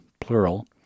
plural